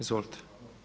Izvolite.